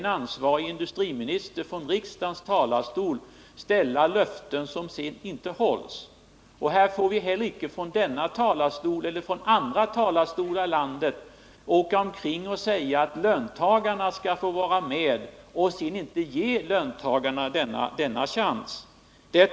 En ansvarig industriminister får icke från riksdagens talarstol ställa ut löften som sedan icke hålls. Vi får inte heller, varken från denna eller från andra talarstolar ute i landet, ge besked om att löntagarna skall få vara med i ett sammanhang men sedan icke ge dem denna chans.